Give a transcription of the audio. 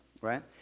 right